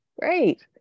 great